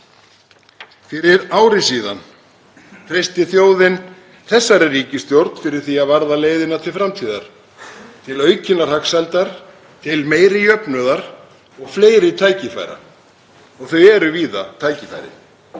Fyrir ári síðan treysti þjóðin þessari ríkisstjórn fyrir því að varða leiðina til framtíðar, til aukinnar hagsældar, til meiri jöfnuðar og fleiri tækifæra. Og þau eru víða, tækifærin.